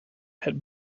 had